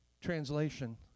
translation